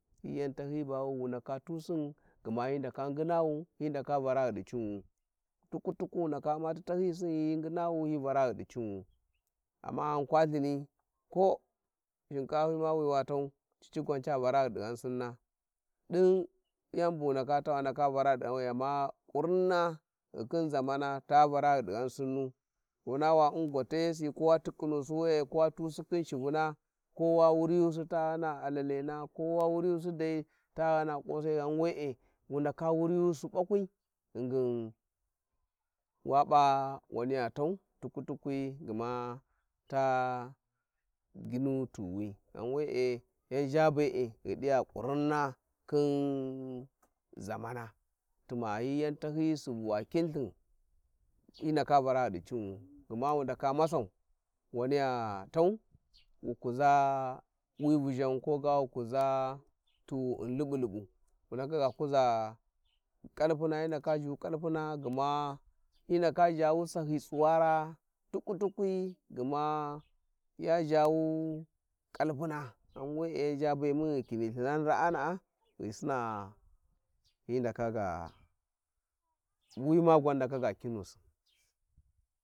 ﻿Hi yan tahyiyi ba wi wu ndaka tusin gma hi ndaka nginawu, hi ndaka vara ghi di cinwu, tukwi tukwi wu ndaka uma ti tahyisin hi ngingwu, hi vara ghidi cinwu amma ghan lawa Ithini ko shinkapy, ma wi amma Wa tau ghan tari cici gwan ca vara ghid, ghanusinna din yan bu wu tau ndoka vara ghidi ghanwi, amma kuning ghichin zamana ta vara ghid'i ghan sinnu, wana wa u'n gotejesu ko wa tikhinusi we`e ko wa husu khin shivung, ko wa wurijusi ta ghana aleleng ko wa wurijusi clai ta ghana kosal, ghan we 'e wy ridales wurijusi bakuwi ghingin wa pia waniya tay tulkuri- tukwi ama ta ginu tighuwi ghan we'e, yan zha bee ghi dija kurinna lahin zamana tuma ni yan tahyıyı, subu wa kinttiin hi ndaka vara ghicinwu, gma wu ndaka masau waniya tau wu kuza wi vuzhan ko ga wu kuza tighu u'n libu libu wundaka ga kuza kalpuna hi ndaka zhu kalpuna gma hi ndaka zhawu sahyi, tsuwa tikwi tukwi gma ya zhawu kalpuna ghan we`e yan thabe mun ghi kini thining ra'a na'a ghi sina hi ndaka ga wima gwannkaka ga kimusin.